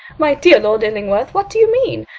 my dear lord illingworth, what do you mean?